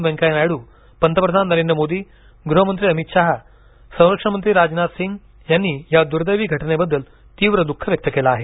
वेंकय्या नायडू पंतप्रधान नरेंद्र मोदी गृहमंत्री अमित शहा संरक्षण मंत्री राजनाथ सिंग यांनी या दुर्देवी घटनेबद्दल तीव्र दुःख व्यक्त केलं आहे